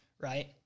right